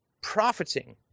profiting